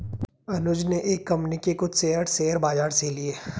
अनुज ने एक कंपनी के कुछ शेयर, शेयर बाजार से लिए